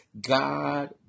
God